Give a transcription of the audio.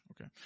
Okay